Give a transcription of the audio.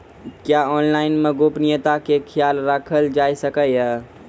क्या ऑनलाइन मे गोपनियता के खयाल राखल जाय सकै ये?